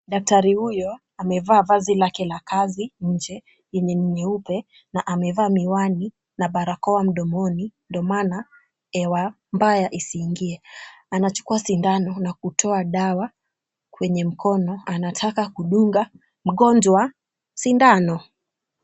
Daktari huyo amevaa vazi lake la kazi nje yenye ni nyeupe na amevaa miwani na barakoa mdomoni ndio maana hewa mbaya isiingie. Anachukua sindano na kutoa dawa kwenye mkono anataka kudunga mgonjwa sindano.